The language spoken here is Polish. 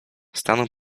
stanął